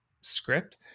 script